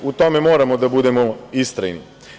U tome moramo da budemo istrajni.